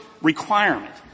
requirement